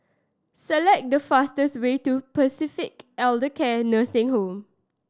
select the fastest way to Pacific Elder Care Nursing Home